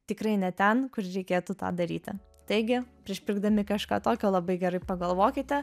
tikrai ne ten kur reikėtų tą daryti taigi prieš pirkdami kažką tokio labai gerai pagalvokite